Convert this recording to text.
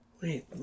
wait